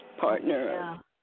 partner